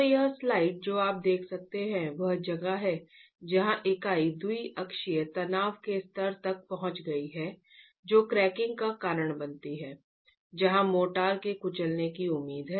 तो यह स्लाइड जो आप देख सकते हैं वह जगह है जहां इकाई द्विअक्षीय तनाव के स्तर तक पहुंच गई है जो क्रैकिंग का कारण बनती है जहां मोर्टार के कुचलने की उम्मीद है